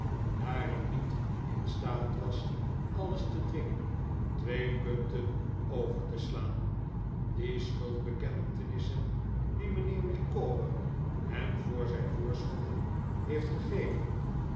daar ik niet in staat was alles te dwingen twee punten over te slaan die schuldbekentenissen die mijnheer micawber hem voor zijn voorschotten heeft gegeven